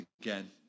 again